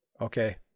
Okay